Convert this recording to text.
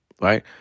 Right